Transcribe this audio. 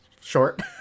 short